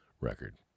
record